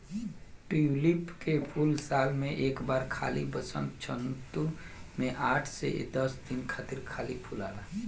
tulip के फूल साल में एक बार खाली वसंत ऋतू में आठ से दस दिन खातिर खाली फुलाला